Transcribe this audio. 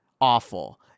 awful